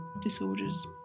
disorders